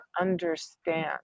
understand